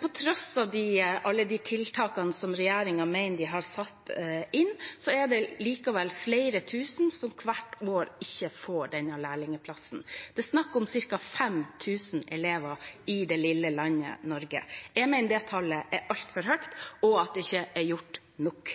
På tross av alle de tiltakene som regjeringen mener de har satt inn, er det likevel flere tusen som hvert år ikke får en lærlingplass. Det er snakk om ca. 5 000 elever i det lille landet Norge. Jeg mener det tallet er altfor høyt, og at det ikke er gjort nok.